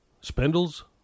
Spindles